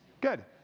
Good